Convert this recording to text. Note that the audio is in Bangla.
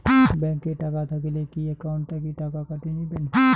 ব্যাংক এ টাকা থাকিলে কি একাউন্ট থাকি টাকা কাটি নিবেন?